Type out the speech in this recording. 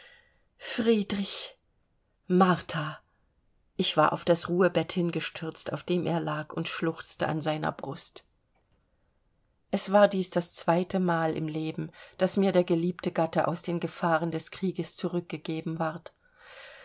friedrich martha ich war auf das ruhebett hingestürzt auf dem er lag und schluchzte an seiner brust es war dies das zweite mal im leben daß mir der geliebte gatte aus den gefahren des krieges zurückgegeben ward